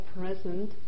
present